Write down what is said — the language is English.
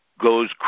goes